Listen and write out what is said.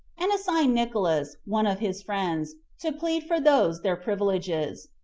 and assigned nicolaus, one of his friends, to plead for those their privileges.